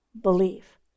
believe